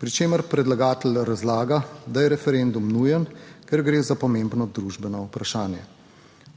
pri čemer predlagatelj razlaga, da je referendum nujen, ker gre za pomembno družbeno vprašanje.